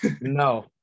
No